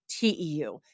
TEU